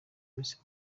miss